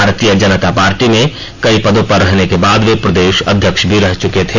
भारतीय जनता पार्टी में कई पदों पर रहने के बाद वे प्रदेश अध्यक्ष भी रहे चुके थे